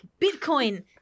Bitcoin